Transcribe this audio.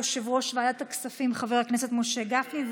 יושב-ראש ועדת הכספים חבר הכנסת משה גפני.